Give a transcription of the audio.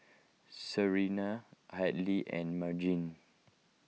Serena Hadley and Margene